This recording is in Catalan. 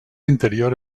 interior